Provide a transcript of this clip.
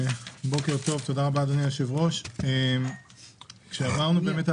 בוקר טוב, תודה, אדוני היושב-ראש, כשעברנו על